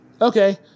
Okay